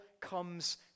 comes